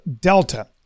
Delta